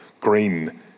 green